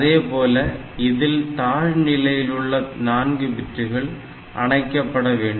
அதேபோல இதில் தாழ் நிலையிலுள்ள 4 பிட்டுகள் அணைக்கப்பட வேண்டும்